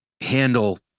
handle